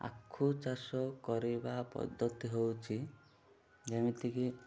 ଆଖୁ ଚାଷ କରିବା ପଦ୍ଧତି ହେଉଛି ଯେମିତିକି